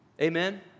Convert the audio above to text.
Amen